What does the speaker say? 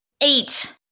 Eight